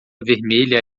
vermelha